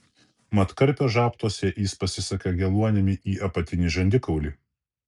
mat karpio žabtuose jis pasisuka geluonimi į apatinį žandikaulį